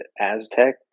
Aztec